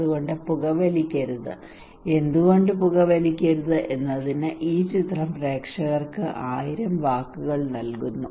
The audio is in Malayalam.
അതുകൊണ്ട് പുകവലിക്കരുത് എന്തുകൊണ്ട് പുകവലിക്കരുത് എന്നതിന് ഈ ചിത്രം പ്രേക്ഷകർക്ക് ആയിരം വാക്കുകൾ നൽകുന്നു